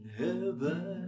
heaven